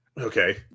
Okay